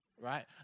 right